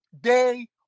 day